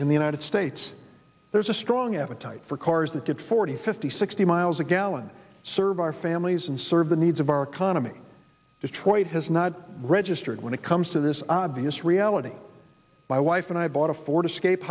in the united states there's a strong appetite for cars that get forty fifty sixty miles a gallon serve our families and serve the needs of our economy detroit has not registered when it comes to this obvious reality my wife and i bought a ford escape